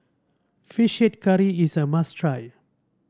fish head curry is a must try